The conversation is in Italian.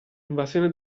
invasione